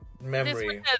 memory